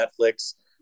netflix